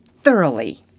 thoroughly